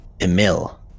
Emil